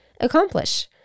accomplish